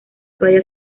bayas